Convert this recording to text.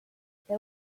there